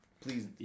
please